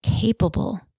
capable